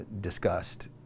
discussed